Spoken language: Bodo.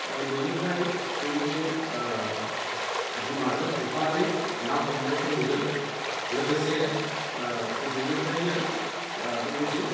उन्दैनिफ्राय बेबायदि बिमाजों थांफानानै ना हमनायखौ नुदों लोगोसे उन्दैनिफ्रायनो बेबायदि